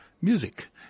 music